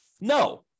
no